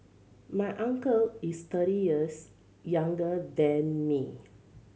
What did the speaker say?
my uncle is thirty years younger than me